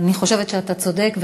אני חושבת שאתה צודק,